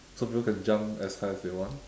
so people can jump as high as they want